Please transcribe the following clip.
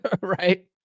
right